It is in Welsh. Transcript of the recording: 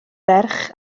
ferch